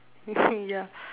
ya